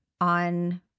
on